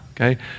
okay